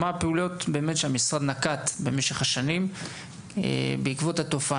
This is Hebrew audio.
מה הן הפעולות שהמשרד נקט במשך השנים בעקבות התופעה הזאת.